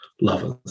lovers